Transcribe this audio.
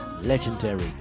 legendary